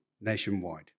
nationwide